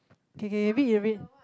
K K you read you read